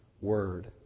word